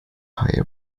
haie